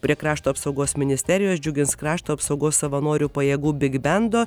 prie krašto apsaugos ministerijos džiugins krašto apsaugos savanorių pajėgų bigbendo